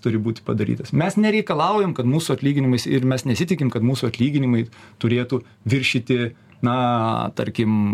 turi būt padarytas mes nereikalaujam kad mūsų atlyginimais ir mes nesitikim kad mūsų atlyginimai turėtų viršyti na tarkim